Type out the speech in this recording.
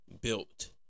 built